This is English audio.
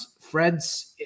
Fred's –